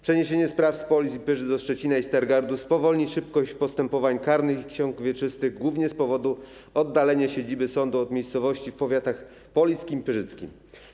Przeniesienie spraw z Polic i Pyrzyc do Szczecina i Stargardu zmniejszy szybkość postępowań karnych i ksiąg wieczystych głównie z powodu oddalenia siedziby sądu od miejscowości w powiatach polickim i pyrzyckim.